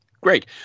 great